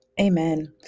amen